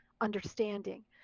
understanding